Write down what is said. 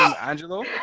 Angelo